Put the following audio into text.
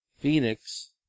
Phoenix